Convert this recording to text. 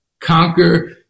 Conquer